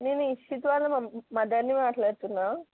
నేను యక్షిత్ వాళ్ళ మమ్మీ మదర్ని మాట్లాడుతున్నాను